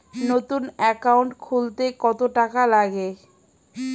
নতুন একাউন্ট খুলতে কত টাকা লাগে?